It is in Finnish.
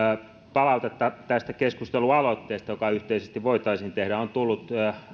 palautetta tästä keskustelualoitteesta joka yhteisesti voitaisiin tehdä on tullut